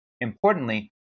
importantly